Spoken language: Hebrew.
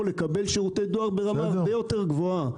לקבל שירותי דואר ברמה הרבה יותר גבוהה.